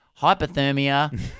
hypothermia